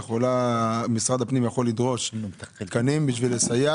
זה משרד הפנים יכול לדרוש תקנים בשביל לסייע